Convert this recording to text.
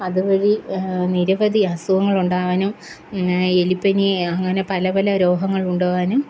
അതുവഴി നിരവധി അസുഖങ്ങൾ ഉണ്ടാവാനും എലിപ്പനി അങ്ങനെ പലപല രോഗങ്ങള് ഉണ്ടാവാനും